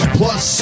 Plus